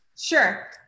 sure